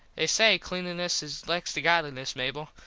they say cleanliness is next to godliness, mable.